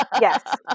yes